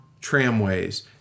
Tramways